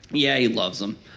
yeah. he loves em.